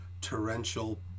torrential